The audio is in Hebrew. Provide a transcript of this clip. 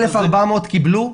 1,400 קיבלו.